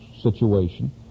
situation